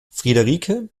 friederike